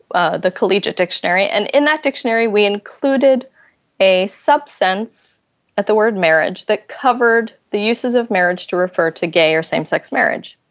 ah the collegiate dictionary, and in that dictionary we included a sense that the word marriage that covered the uses of marriage to refer to gay or same sex marriage.